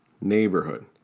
neighborhood